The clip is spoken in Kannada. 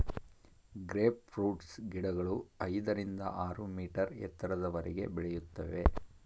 ಗ್ರೇಪ್ ಫ್ರೂಟ್ಸ್ ಗಿಡಗಳು ಐದರಿಂದ ಆರು ಮೀಟರ್ ಎತ್ತರದವರೆಗೆ ಬೆಳೆಯುತ್ತವೆ